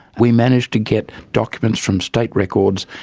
we managed to get documents from state records.